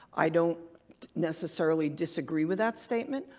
i don't necessarily disagree with that statement,